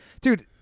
dude